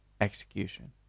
execution